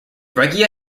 regia